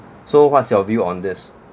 so what's your view on this